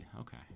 Okay